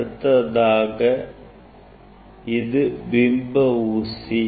அடுத்ததாக பிம்ப ஊசி